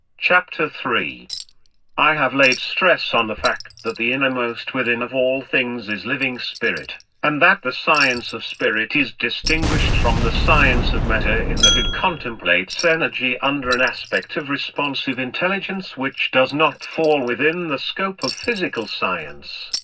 chapter three i have laid stress on the fact that the innermost within of all things is living spirit, and that the science of spirit is distinguished from the science of matter in that it contemplates energy under an aspect of responsive intelligence which does not fall within the scope of physical science,